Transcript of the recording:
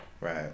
Right